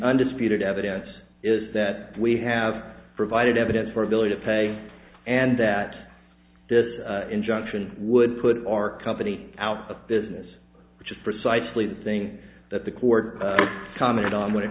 undisputed evidence is that we have provided evidence for ability to pay and that this injunction would put our company out of business which is precisely the thing that the court commented on going to